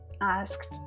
asked